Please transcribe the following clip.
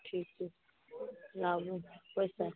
ठीक छै लाबु पैसा